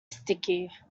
sticky